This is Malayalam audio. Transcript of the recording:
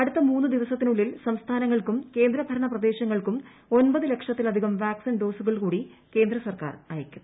അടുത്ത മൂന്ന് ദിവസത്തിനുള്ളിൽ സംസ്ഥാനങ്ങൾക്കും കേന്ദ്രഭരണ ക്രദേശങ്ങൾക്കും ഒൻപത് ലക്ഷത്തിലധികം വാക്സിൻ ഡോസുകൾ കൂടി കേന്ദ്രസർക്കാർ അയയ്ക്കും